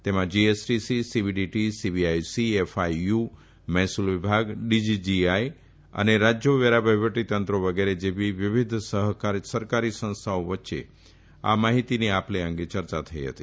તેમાં GSTC CBDT CBIC FIU મહેસુલ વિભાગ ડીજીજીઆઇ અને રાજયો વેરા વહીવટી તંત્રો વગેરે જેવી વિવિધ સરકારી સંસ્થાઓ વચ્ચે આ માહિતીની આપ લે અંગે ચર્ચા થઇ હતી